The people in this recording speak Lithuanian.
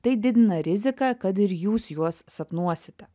tai didina riziką kad ir jūs juos sapnuosite